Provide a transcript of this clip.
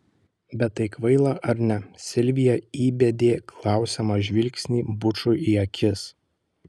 bet tai kvaila ar ne silvija įbedė klausiamą žvilgsnį bučui į akis